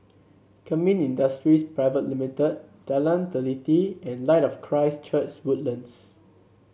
Kemin Industries Private Limit Jalan Teliti and Light of Christ Church Woodlands